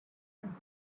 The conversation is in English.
came